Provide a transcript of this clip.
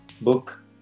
book